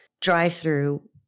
drive-through